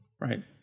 right